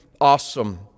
awesome